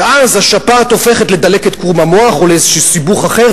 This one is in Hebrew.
ואז השפעת הופכת לדלקת קרום המוח או לאיזה סיבוך אחר,